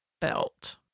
belt